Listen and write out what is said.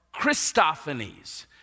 Christophanies